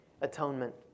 atonement